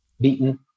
beaten